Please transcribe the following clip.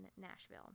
Nashville